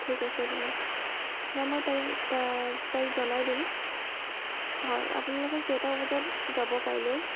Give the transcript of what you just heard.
ঠিক আছে বাৰু নাই মই তাইক তাই তাইক জনাই দিম হয় আপোনালোকৰ কেইটা বজাত যাব কাইলৈ